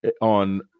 on